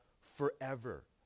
forever